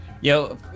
yo